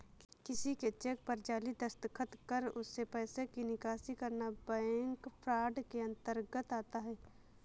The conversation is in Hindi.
किसी के चेक पर जाली दस्तखत कर उससे पैसे की निकासी करना बैंक फ्रॉड के अंतर्गत आता है